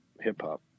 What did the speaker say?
hip-hop